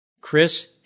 Chris